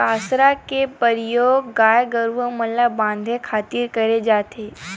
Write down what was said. कांसरा के परियोग गाय गरूवा मन ल बांधे खातिर करे जाथे